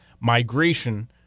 migration